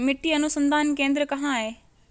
मिट्टी अनुसंधान केंद्र कहाँ है?